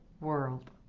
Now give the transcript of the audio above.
world